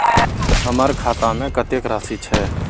हमर खाता में कतेक राशि छै?